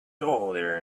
older